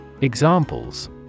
Examples